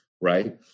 right